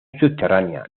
subterránea